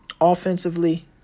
Offensively